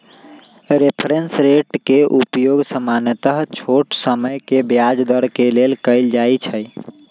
reference rate के उपयोग सामान्य छोट समय के ब्याज दर के लेल कएल जाइ छइ